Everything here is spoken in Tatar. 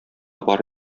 бар